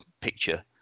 picture